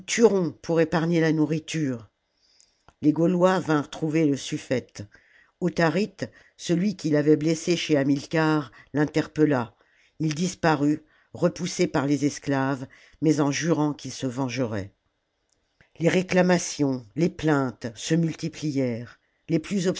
pour épargner la nourriture les gaulois vinrent trouver le suffète autharite celui qu'il avait blessé chez hamilcar l'interpella ii disparut repoussé par les esclaves mais en jurant qu'il se vengerait les réclamations les plaintes se multiplièrent les plus